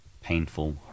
painful